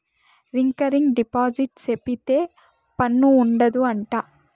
recurring deposit సేపిత్తే పన్ను ఉండదు అంట